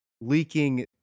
leaking